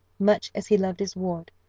much as he loved his ward,